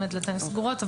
בדלתיים סגורות,